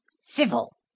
Civil